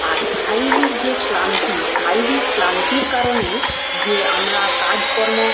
আর শারীরিক যে ক্লান্তি শারীরিক ক্লান্তির কারণে যে আমরা কাজকর্ম